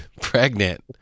Pregnant